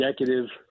executive